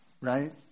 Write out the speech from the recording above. right